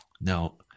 Now